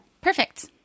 Perfect